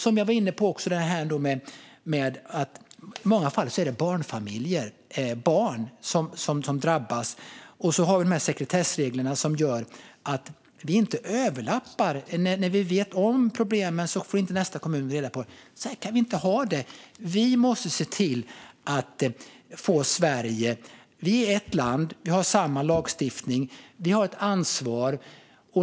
Som jag var inne på är det också i många fall barn och barnfamiljer som drabbas. Och så har vi dessa sekretessregler som gör att det inte överlappar. När en kommun vet om problemen får inte nästa kommun reda på dem. Så här kan vi inte ha det! Sverige är ett land. Vi har samma lagstiftning. Vi har ett ansvar.